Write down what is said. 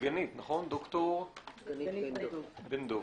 דוקטור דגנית בן דב.